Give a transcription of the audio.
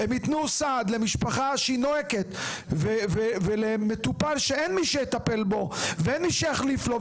הם יתנו סעד למשפחה נואקת ולמטופל שאין מי שיטפל בו ויחליף לו,